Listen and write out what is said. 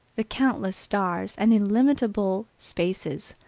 the countless stars and illimitable spaces,